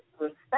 respect